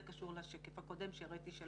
זה קשור לשקף הקודם שהראיתי,